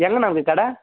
எங்கண்ணா இருக்குது கடை